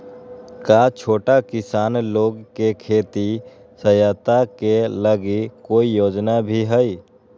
का छोटा किसान लोग के खेती सहायता के लगी कोई योजना भी हई?